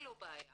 בעיה